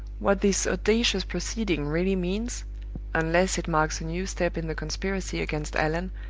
what this audacious proceeding really means unless it marks a new step in the conspiracy against allan,